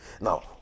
Now